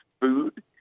food